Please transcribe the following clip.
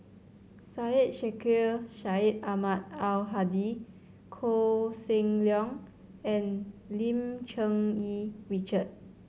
Syed Sheikh Syed Ahmad Al Hadi Koh Seng Leong and Lim Cherng Yih Richard